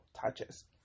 touches